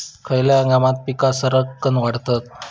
खयल्या हंगामात पीका सरक्कान वाढतत?